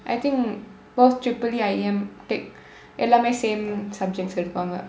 I think both triple E I_A_M take எல்லாமே:ellaame same subjects எடுப்பாங்க:eduppaanga